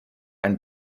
einen